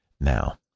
now